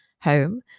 home